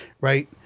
right